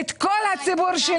-- את הציבור שלי, את כל הציבור שלי.